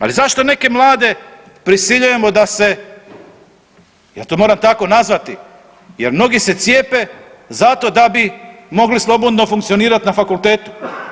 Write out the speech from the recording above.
Ali zašto neke mlade prisiljujemo da se, ja to moram tako nazvati jer mnogi se cijepe zato da bi mogli slobodno funkcionirat na fakultetu.